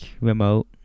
remote